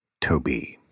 Toby